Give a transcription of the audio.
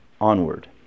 onward